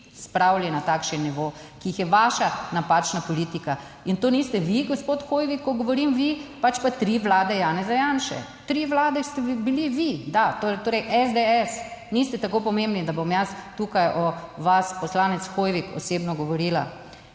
spravili na takšen nivo, ki jih je vaša napačna politika. In to niste vi gospod Hoivik, ko govorim vi, pač pa tri vlade Janeza Janše. Tri Vlade ste bili vi, da, torej SDS, niste tako pomembni, da bom jaz tukaj o vas, poslanec Hoivik, osebno govorila.